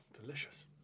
delicious